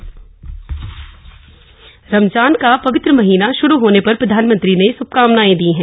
र म जा न रमजान का पवित्र महीना श्रू होने पर प्रधानमंत्री ने श्भकामनाएं दी हैं